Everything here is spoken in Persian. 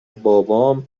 بابام